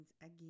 again